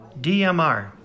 DMR